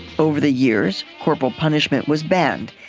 over the years, corporal punishment was banned.